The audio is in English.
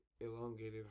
elongated